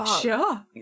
sure